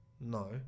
No